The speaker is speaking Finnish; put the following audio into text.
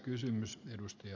arvoisa puhemies